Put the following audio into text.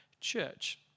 church